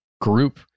group